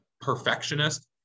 perfectionist